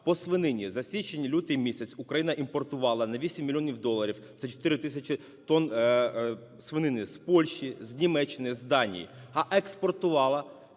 по свинині. За січень-лютий місяць Україна імпортувала на 8 мільйонів доларів, це 4 тисячі тонн свинини, з Польщі, з Німеччини, з Данії,